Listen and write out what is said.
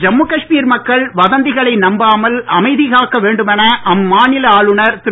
ஜம்மு காஷ்மீர் மக்கள் வதந்திகளை நம்பாமல் அமைதி காக்க வேண்டுமென அம்மாநில ஆளுனர் திரு